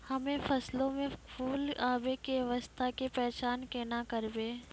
हम्मे फसलो मे फूल आबै के अवस्था के पहचान केना करबै?